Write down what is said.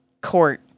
court